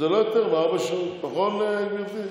זה לא יותר מארבע שעות, נכון, גברתי?